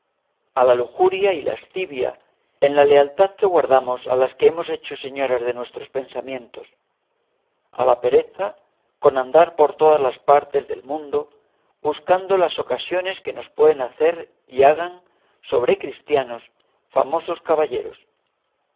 a la lujuria y lascivia en la lealtad que guardamos a las que hemos hecho señoras de nuestros pensamientos a la pereza con andar por todas las partes del mundo buscando las ocasiones que nos puedan hacer y hagan sobre cristianos famosos caballeros